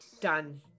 Done